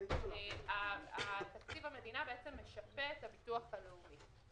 תקציב המדינה משפה את הביטוח הלאומי.